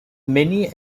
many